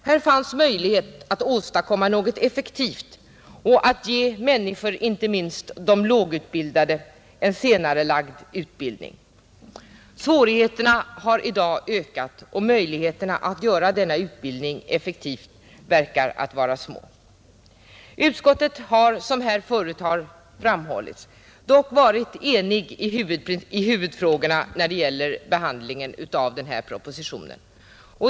Här fanns möjlighet att åstadkomma något effektivt, att ge människor, inte minst de lågutbildade, en senarelagd utbildning. Svårigheterna har i dag ökat, och möjligheterna att göra denna utbildning effektiv verkar små. Utskottet har, som förut här framhållits, dock varit enigt i huvudfrågorna när det gäller behandlingen av denna proposition.